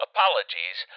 Apologies